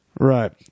Right